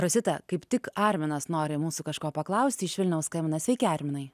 rosita kaip tik arminas nori mūsų kažko paklausti iš vilniaus skambina sveiki arminai